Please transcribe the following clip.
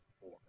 four